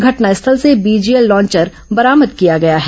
घटनास्थल से BGL launcher बरामद किया गया है